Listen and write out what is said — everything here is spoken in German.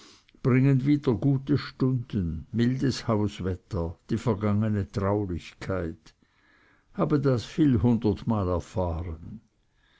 bringen wieder gute stunden mildes hauswetter die vergangene traulichkeit habe das vielhundertmal erfahren